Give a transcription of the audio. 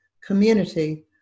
community